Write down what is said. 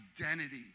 identity